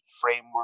framework